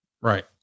right